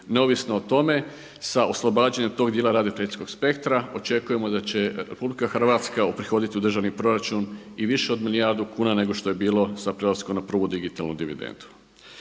neovisno o tome sa oslobađanjem tog dijela …/Govornik se ne razumije./… spektra očekujemo da će RH uprihoditi u državni proračun i više od milijardu kuna nego što je bilo s prelaskom na prvu digitalnu dividendu.